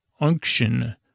unction